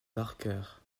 barker